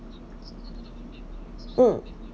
mm